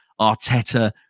Arteta